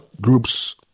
groups